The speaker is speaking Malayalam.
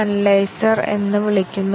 അതിനാൽ ഞങ്ങൾ ഇത് കണ്ടെത്തി